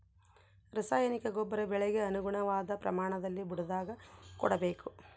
ರಾಸಾಯನಿಕ ಗೊಬ್ಬರ ಬೆಳೆಗೆ ಅನುಗುಣವಾದ ಪ್ರಮಾಣದಲ್ಲಿ ಬುಡದಾಗ ಕೊಡಬೇಕು